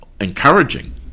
encouraging